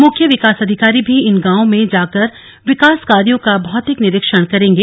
मुख्य विकास अधिकारी भी इन गांवों में जाकर विकास कार्यो का भौतिक निरीक्षण करेंगे